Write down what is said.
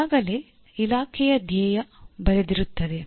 ಈಗಾಗಲೇ ಇಲಾಖೆಯ ಧ್ಯೇಯ ಬರೆದಿರುತ್ತದೆ